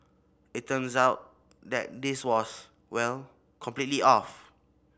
it turns out that this was well completely off